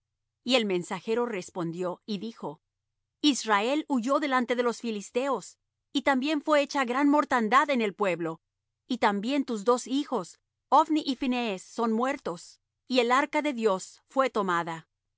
y el mensajero respondió y dijo israel huyó delante de los filisteos y también fué hecha gran mortandad en el pueblo y también tus dos hijos ophni y phinees son muertos y el arca de dios fué tomada